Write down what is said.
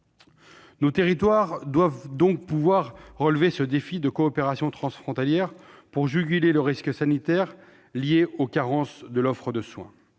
Nos territoires doivent donc pouvoir relever ce défi de la coopération transfrontalière, pour juguler le risque sanitaire lié aux carences de l'offre de soins.